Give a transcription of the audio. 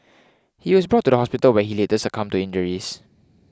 he was brought to the hospital where he later succumbed to injuries